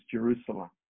Jerusalem